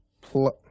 plus